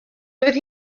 doedd